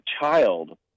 child